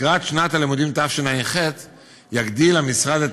לקראת שנת הלימודים תשע"ח יגדיל המשרד את